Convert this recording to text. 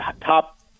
top